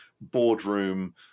boardroom